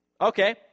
Okay